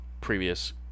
previous